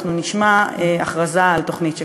אנחנו נשמע הכרזה על תוכנית שכזאת.